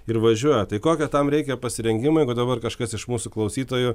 ir važiuoja tai kokio tam reikia pasirengimo jeigu dabar kažkas iš mūsų klausytojų